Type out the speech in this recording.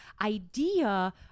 idea